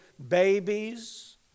Babies